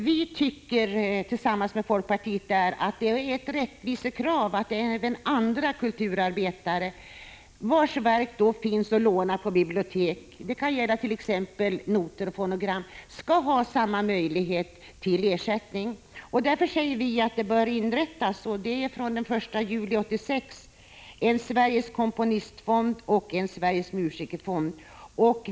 Vi uttalar, tillsammans med folkpartiet, att det är ett rättvisekrav att även andra kulturarbetares verk som finns att låna på bibliotek — det gäller t.ex. noter och fonogram — skall ge samma möjligheter till ersättning. Därför säger vi att det från den 1 juli 1986 bör inrättas en Sveriges komponistfond och en Sveriges musikerfond.